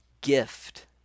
gift